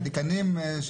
דיקאנים.